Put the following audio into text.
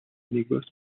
négoce